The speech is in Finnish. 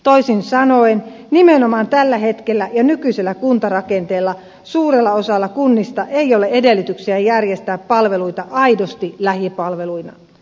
toisin sanoen nimenomaan tällä hetkellä ja nykyisellä kuntarakenteella suurella osalla kunnista ei ole edellytyksiä järjestää palveluita aidosti lähipalveluina